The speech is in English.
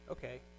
Okay